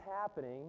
happening